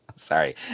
Sorry